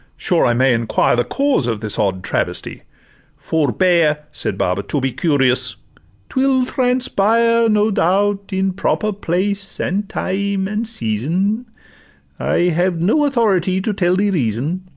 sure i may enquire the cause of this odd travesty forbear, said baba, to be curious t will transpire, no doubt, in proper place, and time, and season i have no authority to tell the reason